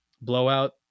blowout